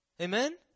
Amen